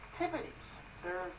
activities—they're